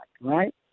right